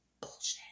Bullshit